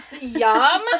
Yum